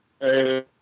Hey